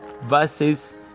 verses